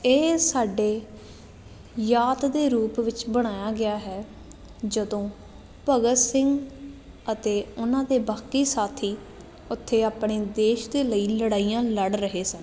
ਇਹ ਸਾਡੇ ਯਾਦ ਦੇ ਰੂਪ ਵਿੱਚ ਬਣਾਇਆ ਗਿਆ ਹੈ ਜਦੋਂ ਭਗਤ ਸਿੰਘ ਅਤੇ ਉਹਨਾਂ ਦੇ ਬਾਕੀ ਸਾਥੀ ਉੱਥੇ ਆਪਣੇ ਦੇਸ਼ ਦੇ ਲਈ ਲੜਾਈਆਂ ਲੜ ਰਹੇ ਸਨ